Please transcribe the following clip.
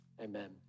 Amen